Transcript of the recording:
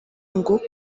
ngo